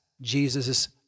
Jesus